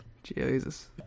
Jesus